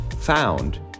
found